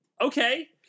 Okay